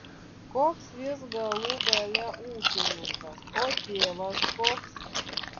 koks gi jis galų gale ūkininkas o tėvas koks